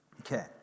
Okay